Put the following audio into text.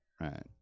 Right